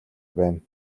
байна